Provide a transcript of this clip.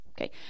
Okay